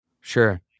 sure